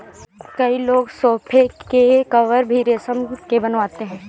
कई लोग सोफ़े के कवर भी रेशम के बनवाते हैं